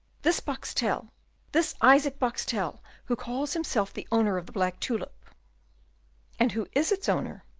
this boxtel this isaac boxtel who calls himself the owner of the black tulip and who is its owner?